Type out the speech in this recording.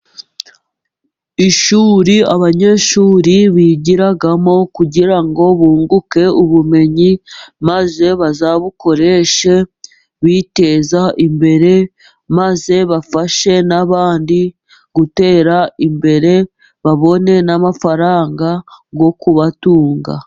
Ishuri abanyeshuri bigiramo kugira ngo bunguke ubumenyi maze bazabukoreshe biteza imbere, maze bafashe n'abandi gutera imbere babone n'amafaranga yo kubatunga.